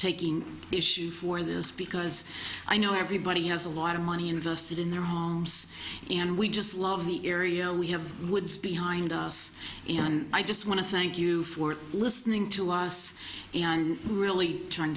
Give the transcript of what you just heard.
taking issue for this because i know everybody has a lot of money invested in their homes and we just love the area we have woods behind us and i just want to thank you for listening to lies and really trying